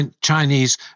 Chinese